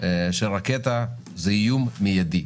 רקטה זה איום מיידי.